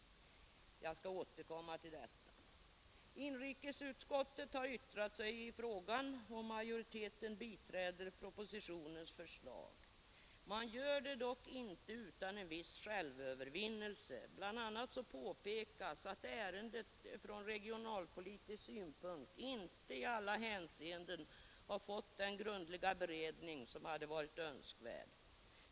Jag skall återkomma till detta. Inrikesutskottet har yttrat sig i frågan och majoriteten biträder propositionens förslag. Man gör det dock inte utan en viss självövervinnelse. Bl. a. påpekas att ärendet från regionalpolitisk synpunkt inte i alla hänseenden har fått den grundliga beredning som hade varit önskvärd.